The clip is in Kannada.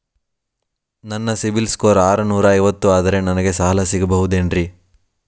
ನನ್ನ ಸಿಬಿಲ್ ಸ್ಕೋರ್ ಆರನೂರ ಐವತ್ತು ಅದರೇ ನನಗೆ ಸಾಲ ಸಿಗಬಹುದೇನ್ರಿ?